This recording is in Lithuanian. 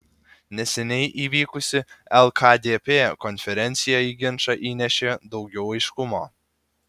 neseniai įvykusi lkdp konferencija į ginčą įnešė daugiau aiškumo